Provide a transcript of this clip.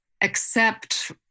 accept